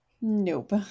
nope